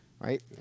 Right